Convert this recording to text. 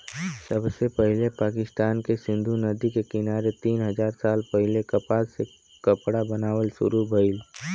सबसे पहिले पाकिस्तान के सिंधु नदी के किनारे तीन हजार साल पहिले कपास से कपड़ा बनावल शुरू भइल